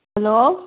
hello